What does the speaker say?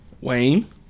Wayne